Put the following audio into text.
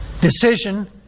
decision